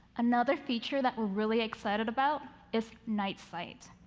another feature that we're really excited about is night sight.